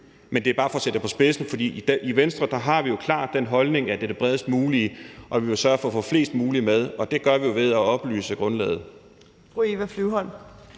men det er bare for at sætte det på spidsen, for vi i Venstre har jo klart den holdning at gå efter det bredest mulige flertal, og vi vil sørge for at få flest mulige med, og det gør vi jo ved at oplyse om grundlaget.